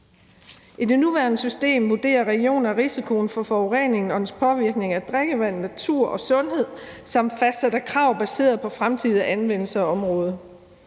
I det nuværende system vurderer regioner risikoen for forurening og dennes påvirkning af drikkevand, natur og sundhed samt fastsætter krav baseret på fremtidig anvendelse af området.